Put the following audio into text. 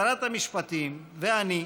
נשיאת בית המשפט הקודמת, שרת המשפטים ואני,